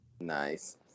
Nice